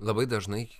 labai dažnai